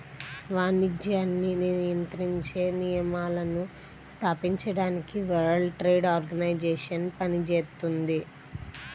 వాణిజ్యాన్ని నియంత్రించే నియమాలను స్థాపించడానికి వరల్డ్ ట్రేడ్ ఆర్గనైజేషన్ పనిచేత్తుంది